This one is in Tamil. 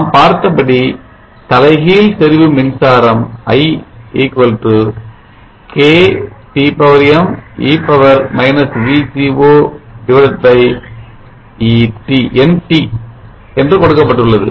நாம் பார்த்தபடி தலைகீழ் செறிவு மின்சாரம் VGO I KTme nT என்று கொடுக்கப்பட்டுள்ளது